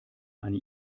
eine